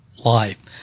Life